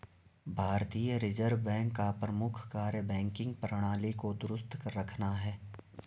भारतीय reserve bank का प्रमुख कार्य बैंकिंग प्रणाली को दुरुस्त रखना है